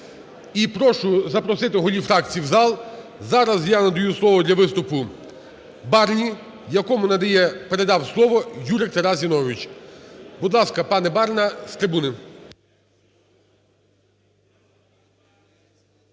І прошу запросити голів фракцій в зал. Зараз я надаю слово для виступу Барні, якому передав слово Юрик Тарас Зіновійович. Будь ласка, пане Барна, з трибуни.